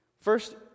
First